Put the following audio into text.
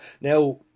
now